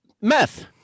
Meth